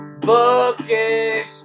Bookish